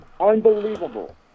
unbelievable